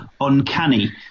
uncanny